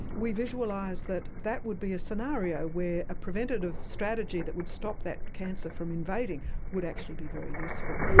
we visualise that that would be a scenario where a preventative strategy that would stop that cancer from invading would actually be very useful.